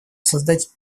создать